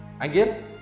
again